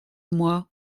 moi